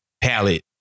palette